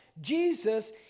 Jesus